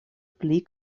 pli